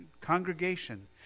congregation